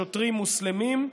שוטרים מוסלמים,